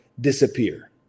disappear